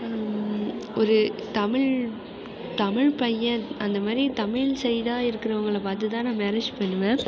ஒரு தமிழ் தமிழ் பையன் அந்த மாதிரி தமிழ் சைடாக இருக்கிறவங்கள பார்த்துதான் நான் மேரேஜ் பண்ணுவேன்